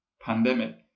pandemic